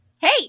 Hey